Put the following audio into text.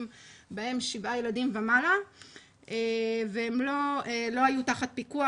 בהם שבעה ילדים ומעלה והם לא היו תחת פיקוח,